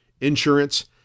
insurance